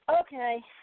Okay